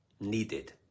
needed